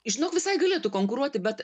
žinok visai galėtų konkuruoti bet